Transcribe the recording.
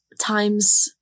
times